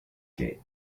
gate